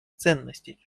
ценностей